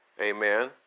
Amen